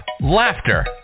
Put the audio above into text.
laughter